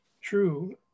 true